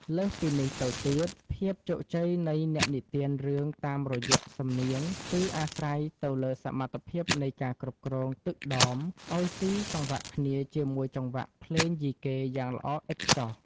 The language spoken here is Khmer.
លើសពីនេះទៅទៀត ភាពជោគជ័យនៃអ្នកនិទានរឿងតាមរយៈសំនៀង គឺអាស្រ័យទៅលើសមត្ថភាពនៃការគ្រប់គ្រង ទឹកដម ឱ្យស៊ីសង្វាក់គ្នាជាមួយចង្វាក់ភ្លេងយីកេយ៉ាងល្អឥតខ្ចោះ។